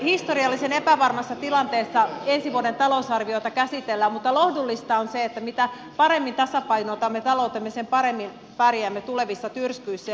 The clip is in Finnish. historiallisen epävarmassa tilanteessa ensi vuoden talousarviota käsitellään mutta lohdullista on se että mitä paremmin tasapainotamme taloutemme sen paremmin pärjäämme tulevissa tyrskyissä